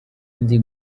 nzi